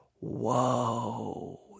whoa